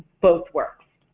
both work.